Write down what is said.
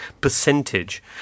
percentage